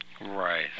Right